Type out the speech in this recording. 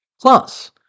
Plus